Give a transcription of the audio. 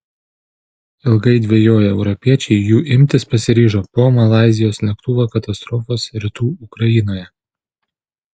ilgai dvejoję europiečiai jų imtis pasiryžo po malaizijos lėktuvo katastrofos rytų ukrainoje